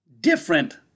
different